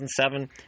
2007